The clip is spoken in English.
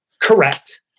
Correct